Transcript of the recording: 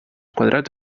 quadrats